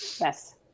yes